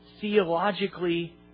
theologically